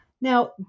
Now